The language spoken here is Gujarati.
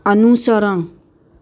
અનુસરણ